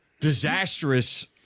disastrous